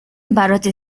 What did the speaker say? برات